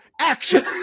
action